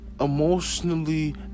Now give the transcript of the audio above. Emotionally